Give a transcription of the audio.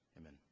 Amen